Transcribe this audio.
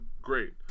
Great